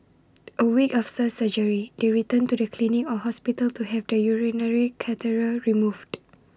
A week after surgery they return to the clinic or hospital to have the urinary catheter removed